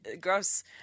gross